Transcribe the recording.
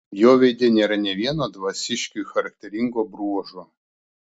jo veide nėra nė vieno dvasiškiui charakteringo bruožo